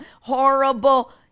Horrible